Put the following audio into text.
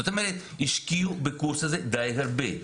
זאת אומרת השקיעו בקורס הזה די הרבה.